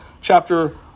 chapter